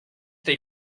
they